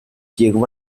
llegó